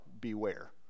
beware